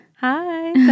Hi